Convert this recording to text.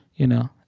you know?